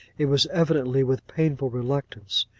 it was evidently with painful reluctance.